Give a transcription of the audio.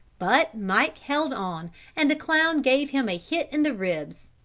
but mike held on and the clown gave him a hit in the ribs.